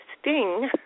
sting